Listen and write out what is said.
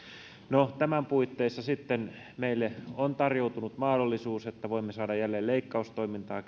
meillä tämän puitteissa meille sitten on tarjoutunut mahdollisuus että voimme saada jälleen leikkaustoimintaa